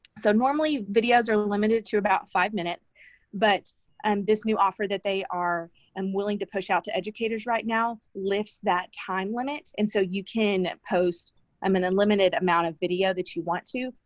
so, normally, videos are limited to about five minutes but um this new offer that they are um willing to push out to educators right now lifts that time limit. and so, you can post um an unlimited amount of video that you want to.